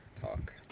talk